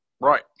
Right